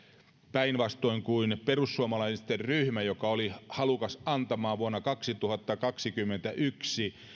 päinvastoin kuin perussuomalaisten ryhmä joka oli halukas antamaan vuonna kaksituhattakaksikymmentäyksi